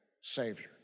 Savior